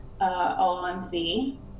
OLMC